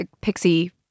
pixie